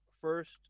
First